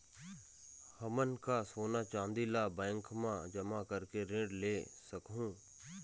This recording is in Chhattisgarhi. हमन का सोना चांदी ला बैंक मा जमा करके ऋण ले सकहूं?